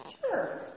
sure